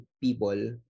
people